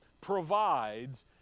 provides